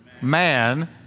Man